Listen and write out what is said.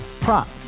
prop